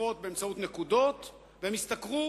תוספות באמצעות נקודות, והם ישתכרו